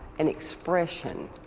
an expression.